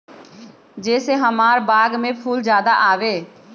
जे से हमार बाग में फुल ज्यादा आवे?